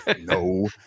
No